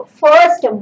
first